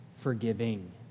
forgiving